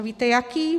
A víte jaký?